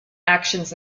actions